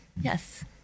Yes